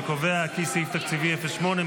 אני קובע כי סעיף תקציבי 08,